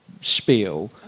spiel